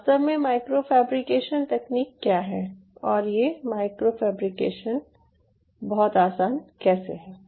वास्तव में micro fabrication तकनीक क्या है और ये माइक्रो फैब्रिकेशन बहुत आसान कैसे है